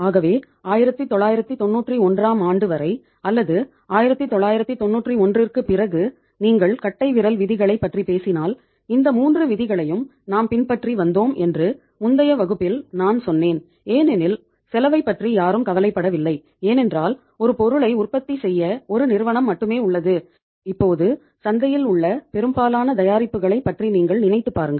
ஆகவே 1991 ஆம் ஆண்டு வரை அல்லது 1991 க்குப் பிறகு நீங்கள் கட்டைவிரல் விதிகளைப் பற்றி பேசினால் இந்த 3 விதிகளையும் நாம் பின்பற்றி வந்தோம் என்று முந்தைய வகுப்பில் நான் சொன்னேன் ஏனெனில் செலவைப் பற்றி யாரும் கவலைப்படவில்லை ஏனென்றால் ஒரு பொருளை உற்பத்தி செய்ய ஒரு நிறுவனம் மட்டுமே உள்ளது இப்போது சந்தையில் உள்ள பெரும்பாலான தயாரிப்புகளைப் பற்றி நீங்கள் நினைத்துப்பாருங்கள்